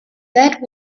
that